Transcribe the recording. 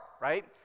right